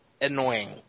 annoying